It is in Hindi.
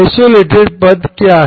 तो आइसोलेटेड पद क्या हैं